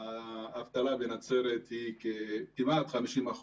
האבטלה בנצרת היא כמעט 50%,